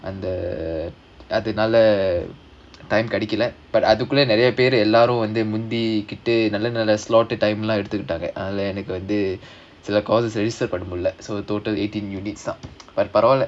அந்த அதனால:andha adhanaala time கிடைக்கல:kidaikkala but அதுக்குள்ள நெறய பேரு எல்லோரும் வந்து முந்திகிட்டு நல்ல நல்ல:adhukulla neraya peru ellorum vandhu munthikkitu nalla nalla time slot லாம் வந்து எடுத்துகிட்டாங்க அதனால எனக்கு வந்து சில:laam vandhu eduthukkitaanga adhunaala enakku vandhu sila course register எடுக்க முடியல:edukka mudila so total eighteen unit up but பரவால்ல:paravaala